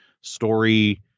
story